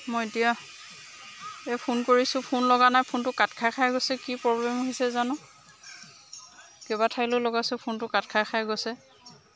মই এতিয়া এই ফোন কৰিছোঁ ফোন লগা নাই ফোনটো কাট খাই খাই গৈছে কি প্ৰব্লেম হৈছে জানো কেইবা ঠাইলৈ লগাইছোঁ ফোনটো কাট খাই খাই গৈছে